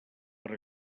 per